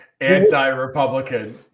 Anti-Republican